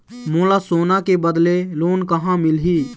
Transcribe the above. मोला सोना के बदले लोन कहां मिलही?